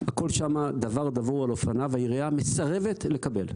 הכול שם דבר דבור על אופניו, העירייה מסרבת לקבל.